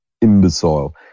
imbecile